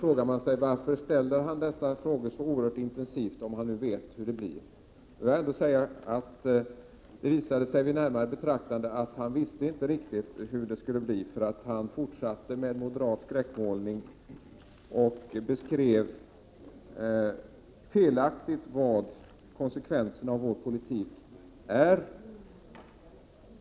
Men varför ställer han då dessa frågor så oerhört intensivt, om han nu vet hur det blir? Det visade sig vid närmare betraktande att han ändå inte riktigt visste hur det skall bli, eftersom han fortsatte med moderat skräckmålning och på ett felaktigt sätt beskrev konsekvenserna av vår politik.